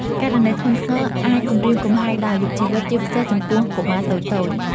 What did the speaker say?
ករណីធ្ងន់ធ្ងរអាចគំរាមកំហែងដល់អាយុជីវិត ជាពិសេសចំពោះកុមារតូចៗ។